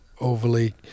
overly